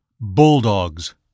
Bulldogs